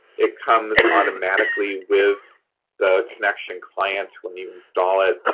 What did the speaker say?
it comes automatically with the connexion client when you install it,